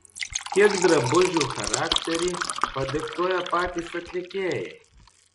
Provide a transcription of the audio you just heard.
kiek drabužių charakterį padiktuoja patys atlikėjai